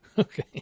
Okay